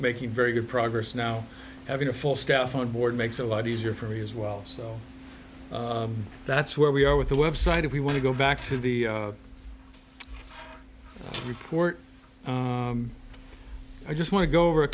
making very good progress now having a full staff on board makes a lot easier for me as well so that's where we are with the website if we want to go back to the report i just want to go over a